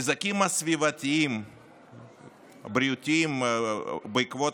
הנזקים הסביבתיים והבריאותיים בעקבות